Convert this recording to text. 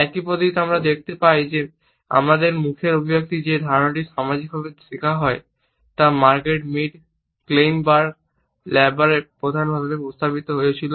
একই পদ্ধতিতে আমরা দেখতে পাই যে আমাদের মুখের অভিব্যক্তি যে ধারণাটি সামাজিকভাবে শেখা হয় তা মার্গ্রেট মিড ক্লেইনবার্গ এবং ল্যাবারে প্রধানভাবে প্রস্তাব করেছেন